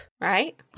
right